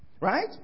Right